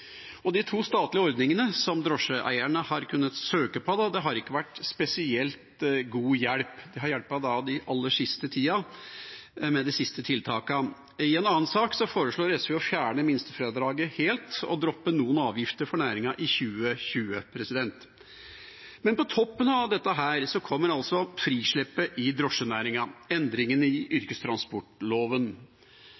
De to statlige ordningene som drosjeeierne har kunnet søke på, har ikke vært til spesielt god hjelp. De har hjulpet den aller siste tida med de siste tiltakene. I en annen sak foreslår SV å fjerne minstefradraget helt og droppe noen avgifter for næringen i 2020. Men på toppen av dette kommer altså frisleppet i drosjenæringen, endringene i